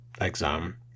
exam